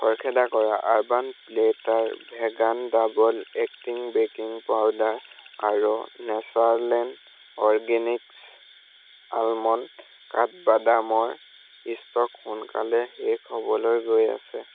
খৰখেদা কৰা urban platter vegan double acting baking powder আৰু নেচাৰলেণ্ড অৰগেনিক্ছ আলমণ্ড কাঠবাদামৰ ষ্টক সোনকালে শেষ হ'বলৈ গৈ আছে